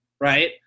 Right